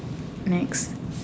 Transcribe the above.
next